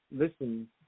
listen